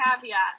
Caveat